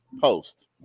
post